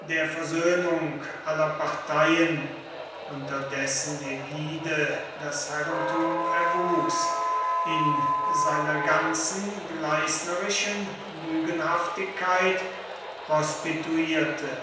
der versöhnung aller parteien unter dessen ägide das herrentum erwuchs in seiner ganzen gleisnerischen lügenhaftigkeit prostituierte